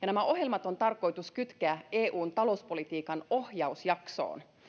nämä ohjelmat on tarkoitus kytkeä eun talouspolitiikan ohjausjaksoon